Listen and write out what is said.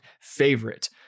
favorite